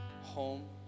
home